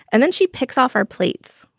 and then she picks off our plates.